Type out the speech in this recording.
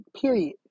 period